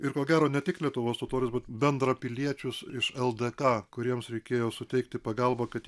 ir ko gero ne tik lietuvos totorius bet bendrapiliečius iš ldk kuriems reikėjo suteikti pagalbą kad